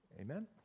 Amen